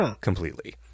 completely